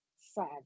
sad